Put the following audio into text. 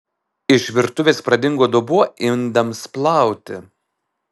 iš virtuvės pradingo dubuo indams plauti